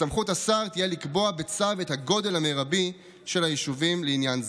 בסמכות השר יהיה לקבוע בצו את הגודל המרבי של היישובים לעניין זה.